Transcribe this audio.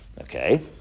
Okay